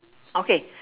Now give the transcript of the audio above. okay